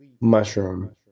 mushroom